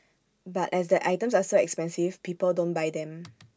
but as the items are so expensive people don't buy them